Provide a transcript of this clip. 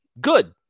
good